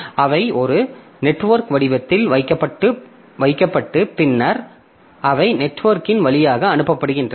அவை ஒரு நெட்வொர்க் வடிவத்தில் வைக்கப்பட்டு பின்னர் அவை நெட்வொர்க்கின் வழியாக அனுப்பப்படுகின்றன